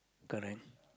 correct